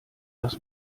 das